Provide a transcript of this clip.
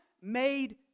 made